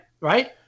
right